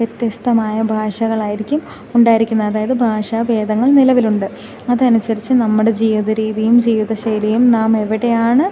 വ്യത്യസ്ഥമായ ഭാഷകളായിരിക്കും ഉണ്ടായിരിക്കുന്നത് അതായത് ഭാഷാഭേദങ്ങൾ നിലവിലുണ്ട് അത് അനുസരിച്ചു നമ്മുടെ ജീവിത രീതിയും ജീവിതശൈലിയും നാം എവിടെയാണ്